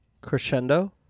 Crescendo